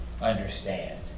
understand